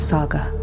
Saga